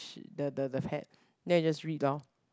the the the hat then you just read lor